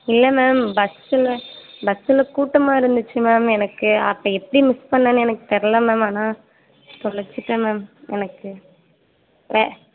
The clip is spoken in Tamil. இல்லை மேம் பஸ்ஸில் பஸ்ஸில் கூட்டமாக இருந்துச்சு மேம் எனக்கு அப்போ எப்படி மிஸ் பண்ணிணேன்னு எனக்கு தெரில மேம் ஆனால் தொலைச்சிட்டேன் மேம் எனக்கு வே